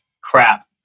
crap